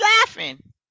laughing